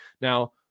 Now